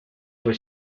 fue